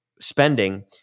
spending